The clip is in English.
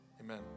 Amen